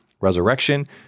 resurrection